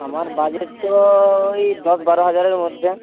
আমার বাজেট তো ওই দশ বারো হাজারের মধ্যে